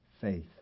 faith